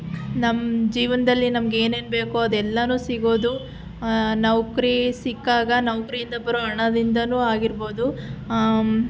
ನಮ್ಮ ಜೀವನದಲ್ಲಿ ನಮಗೆ ಏನೇನು ಬೇಕೋ ಅದೆಲ್ಲನೂ ಸಿಗೋದು ನೌಕರಿ ಸಿಕ್ಕಾಗ ನೌಕರಿಯಿಂದ ಬರೋ ಹಣದಿಂದನೂ ಆಗಿರ್ಬೋದು